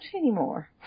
anymore